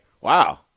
wow